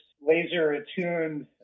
laser-attuned